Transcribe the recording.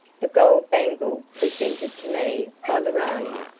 the gold bangle presented to me by the ranee,